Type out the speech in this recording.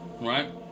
right